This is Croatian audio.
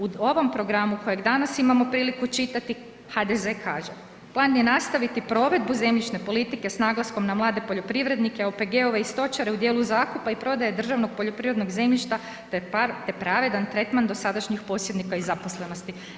U ovom programu kojeg danas imamo prilike čitati, HDZ kaže plan je nastaviti provedbu zemljišne politike s naglaskom na mlade poljoprivrednike, OPG-ove i stočare u djelu zakupa i prodaje državnog poljoprivrednog zemljišta te pravedan tretman dosadašnjih posjednika i zaposlenosti.